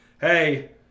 Hey